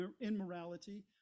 immorality